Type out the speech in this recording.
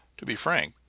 to be frank,